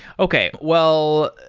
okay. well,